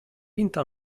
pinta